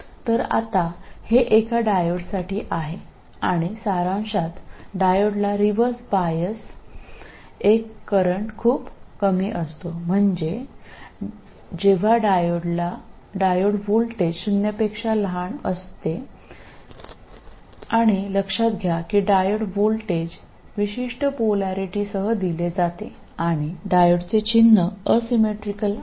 तर आता हे एका डायोडसाठी आहे आणि सारांशात डायोडला रिव्हर्स बायस एक करंट खूप कमी असतो म्हणजे जेव्हा डायोड व्होल्टेज शून्यापेक्षा लहान असतो आणि लक्षात घ्या की डायोड व्होल्टेज विशिष्ट पोलारिटीसह दिले जाते आणि डायोडचे चिन्ह असिमेट्रीकल आहे